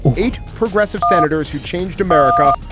eight progressive senators who changed america.